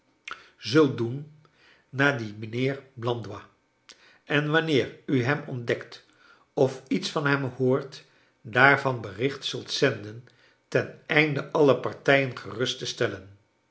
zult doen naar dien mijnheer blandois en wanneer u hem ontdekt of iets van hem hoort daarvan bericht zult zenden ten einde alle partrjen gerust te stellen